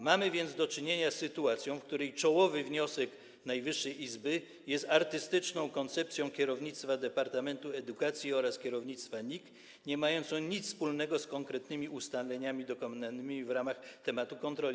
Mamy więc do czynienia z sytuacją, w której czołowy wniosek najwyższej izby jest artystyczną koncepcją kierownictwa departamentu edukacji oraz kierownictwa NIK, niemającą nic wspólnego z konkretnymi ustaleniami dokonanymi w ramach tematu kontroli.